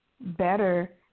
Better